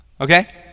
Okay